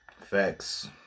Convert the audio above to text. facts